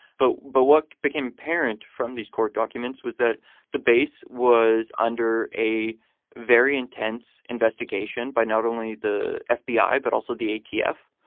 but but what became apparent from these court documents was that the base was under a very intense investigation by not only the ah fbi, but also the atf.